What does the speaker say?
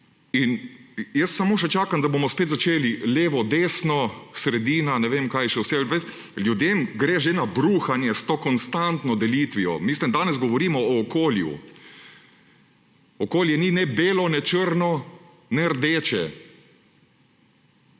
Jaz samo še čakam, da bomo spet začeli levo, desno, sredina, ne vem kaj še vse. Ljudem gre že na bruhanje s to konstanto delitvijo. Danes govorimo o okolju; okolje ni ne belo ne črno ne rdeče.